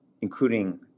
including